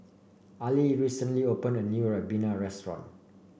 Ali recently opened a new Ribena restaurant